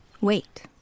Wait